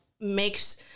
makes